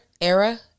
era